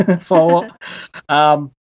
follow-up